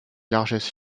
largesses